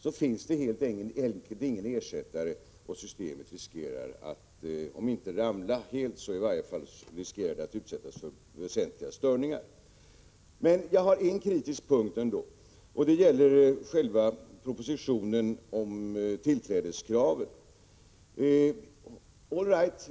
Då finns det helt enkelt ingen ersättare, och systemet riskerar om inte att ramla helt så i varje fall att utsättas för väsentliga störningar. Jag har en kritisk synpunkt när det gäller propositionen om tillträdeskraven.